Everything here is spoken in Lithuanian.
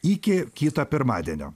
iki kito pirmadienio